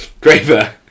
Graver